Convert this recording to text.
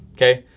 okay,